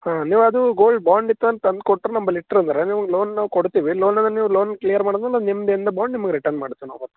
ಹಾಂ ನೀವು ಅದೂ ಗೋಲ್ಡ್ ಬಾಂಡ್ ತಂದ್ಕೊಟ್ಟು ನಂಬಳಿ ಇಟ್ಟರೆಂದ್ರೆ ನಿಮ್ಗೆ ಲೋನ್ ನಾವು ಕೊಡ್ತೀವಿ ಲೋನನ್ನು ನೀವು ಲೋನ್ ಕ್ಲಿಯರ್ ಮಾಡೋದು ನಿಮ್ದು ಬಾಂಡ್ ನಿಮ್ಗೆ ರಿಟರ್ನ್ ಮಾಡ್ತೀವಿ ನಾವು